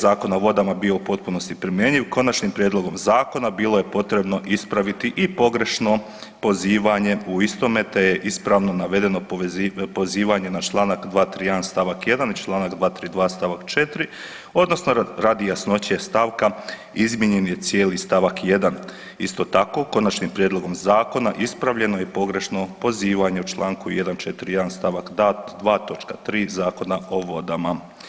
Zakona o vodama bio u potpunosti primjenjiv konačnim prijedlogom zakona bilo je potrebno ispraviti i pogrešno pozivanje u istome te je ispravno navedeno pozivanje na Članak 231. stavak 1. i Članak 232. stavak 4. odnosno radi jasnoće stavka izmijenjen je cijeli stavak 1. Isto tako, konačnim prijedlogom zakona ispravljeno je pogrešno pozivanje u Članku 141. stavak 2. točka 3. Zakona o vodama.